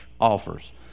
offers